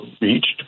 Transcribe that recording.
reached